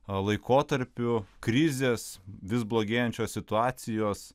laikotarpiu krizės vis blogėjančios situacijos